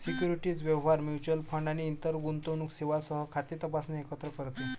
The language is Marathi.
सिक्युरिटीज व्यवहार, म्युच्युअल फंड आणि इतर गुंतवणूक सेवांसह खाते तपासणे एकत्र करते